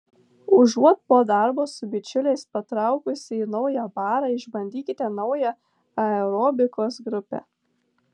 užuot po darbo su bičiuliais patraukusi į naują barą išbandykite naują aerobikos grupę